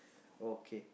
okay